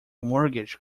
mortgage